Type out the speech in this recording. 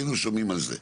היינו שומעים על זה.